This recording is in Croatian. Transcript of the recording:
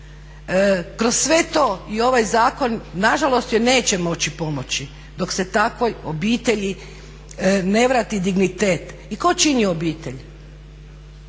Kroz sve to i ovaj zakon nažalost joj neće moći pomoći dok se takvoj obitelji ne vrati dignitet. I tko čini obitelj?